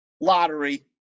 lottery